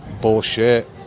bullshit